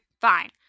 Fine